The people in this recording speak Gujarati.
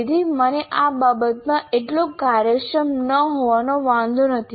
તેથી મને આ બાબતમાં એટલો કાર્યક્ષમ ન હોવાનો વાંધો નથી